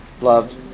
love